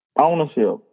Ownership